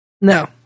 No